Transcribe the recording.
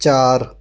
ਚਾਰ